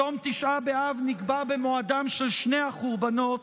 צום תשעה באב נקבע במועדם של שני החורבנות,